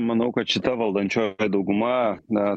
manau kad šita valdančioji dauguma na